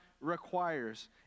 requires